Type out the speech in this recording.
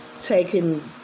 taking